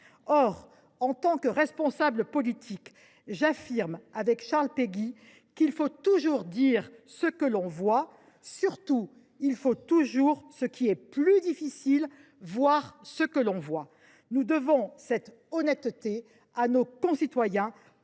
Or, en tant que responsable politique, j’affirme comme Charles Péguy :« Il faut toujours dire ce que l’on voit. Surtout il faut toujours, ce qui est plus difficile, voir ce que l’on voit. » Nous devons cette honnêteté à nos concitoyens,